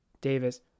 Davis